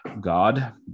God